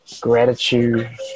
gratitude